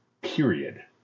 period